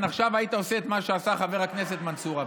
עכשיו היית עושה את מה שעשה חבר הכנסת מנסור עבאס.